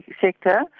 sector